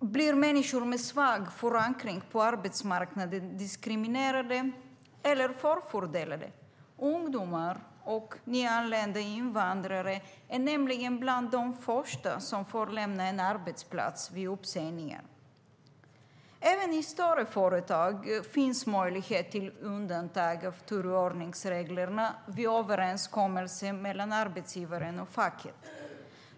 blir människor med svag förankring på arbetsmarknaden diskriminerade eller förfördelade. Ungdomar och nyanlända invandrare är nämligen bland de första som får lämna en arbetsplats vid uppsägningar. Även i större företag finns möjlighet till undantag från turordningsreglerna via överenskommelser mellan arbetsgivaren och facket.